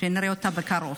שנראה אותה בקרוב.